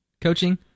coaching